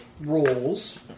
rolls